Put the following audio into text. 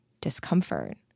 discomfort